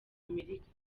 amerika